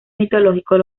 mitológicos